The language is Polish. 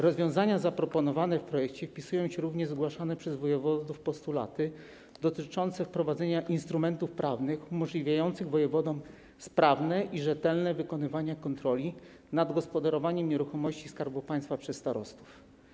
Rozwiązania zaproponowane w projekcie wpisują się również w zgłaszane przez wojewodów postulaty dotyczące wprowadzenia instrumentów prawnych umożliwiających wojewodom sprawne i rzetelne wykonywanie kontroli nad gospodarowaniem nieruchomościami Skarbu Państwa przez starostów.